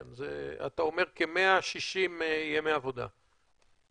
כן, אתה אומר כ-160 ימי עבודה על נשא אחד.